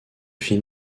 fit